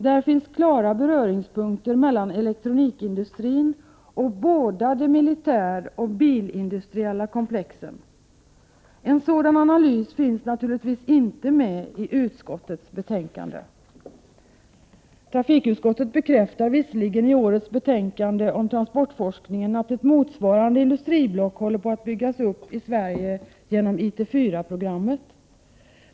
Där finns klara beröringspunkter mellan elektronikindustrin och båda de militäroch bilindustriella komplexen. En sådan analys finns naturligtvis inte med i utskottets betänkande. Trafikutskottet bekräftar visserligen i årets betänkande om transportforskningen att ett motsvarande industriblock håller på att byggas upp i Sverige genom IT 4-programmet.